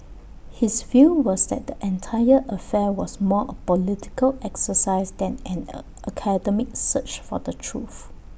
his view was that the entire affair was more A political exercise than an A academic search for the truth